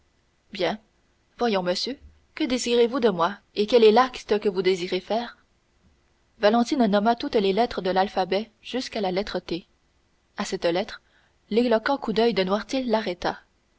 bien voyons monsieur que désirez-vous de moi et quel est l'acte que vous désirez faire valentine nomma toutes les lettres de l'alphabet jusqu'à la lettre t à cette lettre l'éloquent coup d'oeil de noirtier arrêta